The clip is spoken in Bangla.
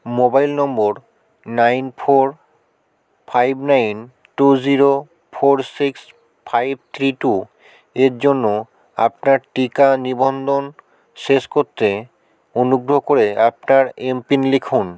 মোবাইল নম্বর nine four five nine two zero four six five three two এর জন্য আপনার টিকা নিবন্ধন শেষ করতে অনুগ্রহ করে আপনার এম পিন লিখুন